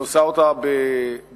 והיא עושה אותה ביעילות